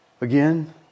again